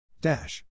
Dash